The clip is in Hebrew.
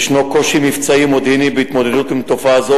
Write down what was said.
יש קושי מבצעי ומודיעיני בהתמודדות עם תופעה זו,